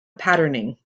patterning